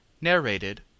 Narrated